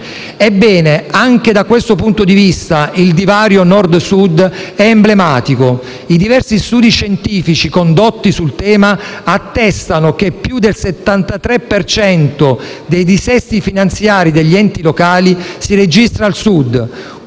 Ebbene, anche da questo punto di vista, il divario Nord-Sud è emblematico. I diversi studi scientifici condotti sul tema attestano che più del 73 per cento dei dissesti finanziari degli enti locali si registra al Sud,